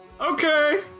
Okay